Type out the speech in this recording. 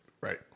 right